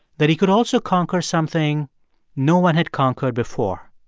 that he could also conquer something no one had conquered before